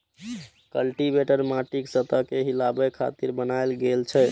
cultivator माटिक सतह कें हिलाबै खातिर बनाएल गेल छै